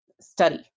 study